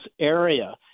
area